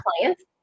clients